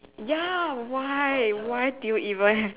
ya why why do you even have to